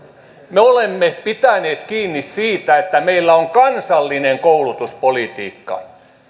me olemme pitäneet kiinni siitä että meillä on kansallinen koulutuspolitiikka